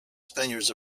spaniards